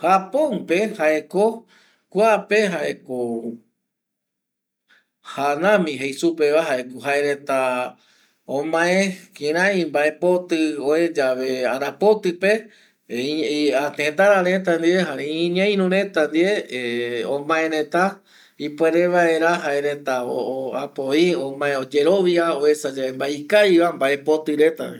Japon pe jaeko kuape jaeko hanami jei supe retava ko jae reta omae kirei mbaepoti ue yave ara poti pe tetarareta ndie jare iñeiru reta ndie ˂hesitation˃ omae reta ipuere vaera jaereta ˂hesitation˃ apo vi omae oyerovia uesa yae mbae ikaviva mbaepoti reta va.